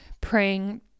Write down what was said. praying